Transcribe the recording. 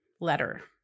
letter